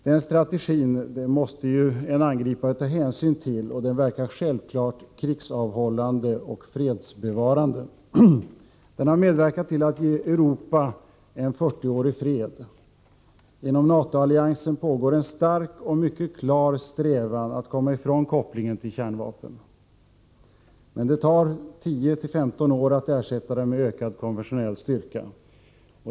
Den strategin måste en angripare ta hänsyn till, och den verkar klart krigsavhållande och fredsbevarande. Den har medverkat till att ge Europa en 40-årig fred. Inom NATO-alliansen pågår en stark och mycket klar strävan att komma ifrån kopplingen till kärnvapnen. Men det tar 10—15 år att ersätta dessa med ökad konventionell styrka.